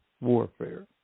warfare